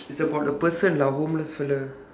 it's about the person lah homeless fella